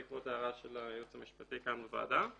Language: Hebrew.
בעקבות ההערה של הייעוץ המשפטי כאן בוועדה.